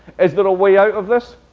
is there a way out of this?